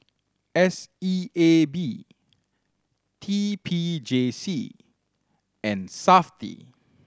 S E A B T P J C and Safti